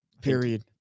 Period